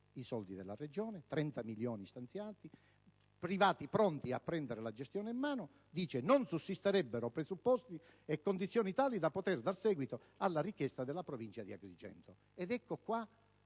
(i soldi della Regione, 30 milioni stanziati, privati pronti a prendere la gestione in mano) - «non sussisterebbero presupposti e condizioni tali da poter dare seguito alla richiesta della Provincia di Agrigento». Ed ecco quello